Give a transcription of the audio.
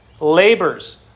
labors